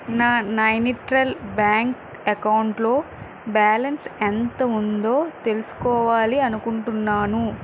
నా నైనిట్రల్ బ్యాంక్ ఎకౌంట్లో బ్యాలన్స్ ఎంత ఉందో తెలుసుకోవాలి అనుకుంటున్నాను